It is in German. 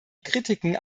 kritiken